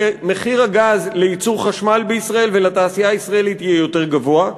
כי מחיר הגז לייצור חשמל בישראל ולתעשייה הישראלית יהיה יותר גבוה.